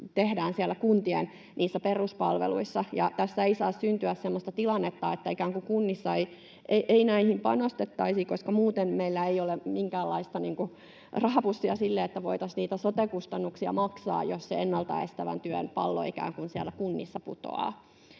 siellä kuntien peruspalveluissa. Tässä ei saa syntyä semmoista tilannetta, että kunnissa ei näihin panostettaisi, koska meillä ei ole minkäänlaista rahapussia sille, että voitaisiin niitä sote-kustannuksia maksaa, jos sen ennaltaestävän työn pallo siellä kunnissa ikään